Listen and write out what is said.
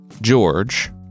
George